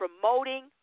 promoting